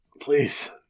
Please